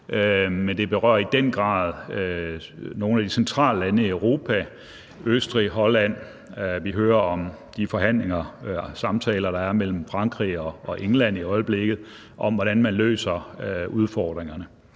Men det berører i den grad nogle af de centrale lande i Europa – Østrig, Holland. Vi hører om de forhandlinger og samtaler, der er mellem Frankrig og England i øjeblikket, om, hvordan man løser udfordringerne.